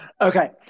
Okay